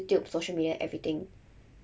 youtube social media everything